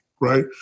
Right